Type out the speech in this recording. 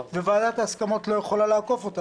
וועדת ההסכמות לא יכולה לעקוף אותה,